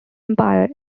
empire